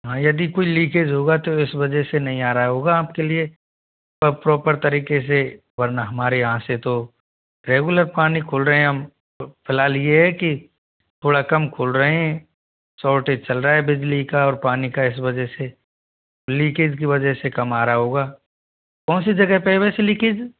हाँ यदि कोई लीकेज होगा तो इस वजह से नहीं आ रहा होगा आपके लिए सब प्रॉपर तरीके से वरना हमारे यहाँ से तो रेगुलर पानी खोल रहे हैं हम फिलहाल ये है कि थोड़ा कम खोल रहे हैं सॉरटेज चल रहा है बिजली का और पानी का इस वजह से लीकेज की वजह से कम आ रहा होगा कौन सी जगह पे है वैसे लीकेज